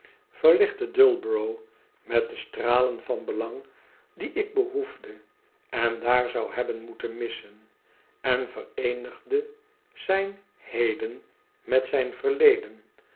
dullborough met de stralen van belang die ik behoefde en daar zou hebben moeten missen en vereenigde zijn heden met zijn verleden